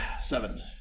Seven